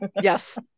Yes